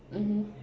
mmhmm